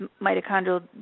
mitochondrial